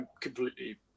completely